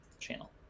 channel